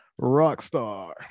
Rockstar